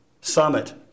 Summit